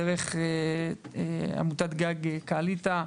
דרך עמותת-גג קעליטה,